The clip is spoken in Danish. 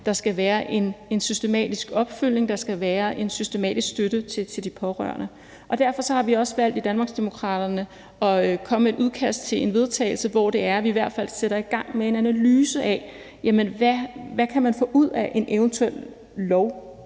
der skal være en systematisk opfølgning, og at der skal være en systematisk støtte til de pårørende. Kl. 15:06 Derfor har vi også valgt i Danmarksdemokraterne at komme med et forslag til vedtagelse, hvor vi i hvert fald sætter i gang med en analyse af, hvad man kan få ud af en eventuel lov